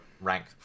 Rank